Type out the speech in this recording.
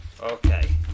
Okay